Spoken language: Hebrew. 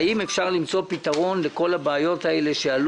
אין תשובות מקצועיות באגף של החינוך החוץ ביתי,